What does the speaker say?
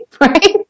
right